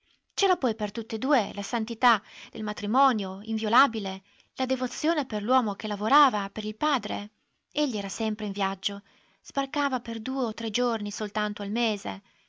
dunque c'era poi per tutt'e due la santità del matrimonio inviolabile la devozione per l'uomo che lavorava per il padre egli era sempre in viaggio sbarcava per due o tre giorni soltanto al mese